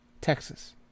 Texas